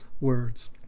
words